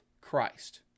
Christ